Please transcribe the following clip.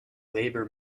labor